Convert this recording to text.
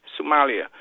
Somalia